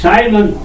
Simon